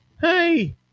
Hey